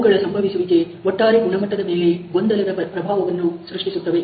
ಅವುಗಳ ಸಂಭವಿಸುವಿಕೆ ಒಟ್ಟಾರೆ ಗುಣಮಟ್ಟದ ಮೇಲೆ ಗೊಂದಲದ ಪ್ರಭಾವವನ್ನು ಸೃಷ್ಟಿಸುತ್ತವೆ